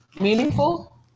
Meaningful